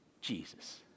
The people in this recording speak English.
Jesus